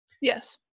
Yes